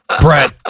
Brett